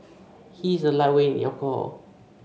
he is a lightweight in alcohol